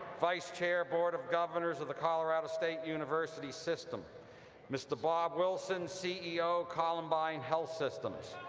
vice chair, board of governors of the colorado state university system mr. bob wilson, ceo, columbine health systems